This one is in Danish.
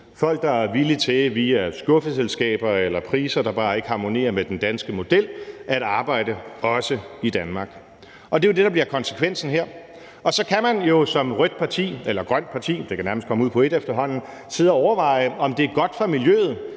folk, der via skuffeselskaber eller priser, der bare ikke harmonerer med den danske model, også er villige til at arbejde i Danmark, og det er jo det, der bliver konsekvensen her. Så kan man jo som et rødt parti eller et grønt parti – det kan efterhånden nærmest komme ud på ét – sidde og overveje, om det er godt for miljøet,